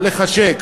שהיא רוצה לחשק.